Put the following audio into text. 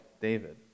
David